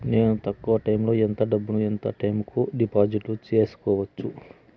నేను తక్కువ టైములో ఎంత డబ్బును ఎంత టైము కు డిపాజిట్లు సేసుకోవచ్చు?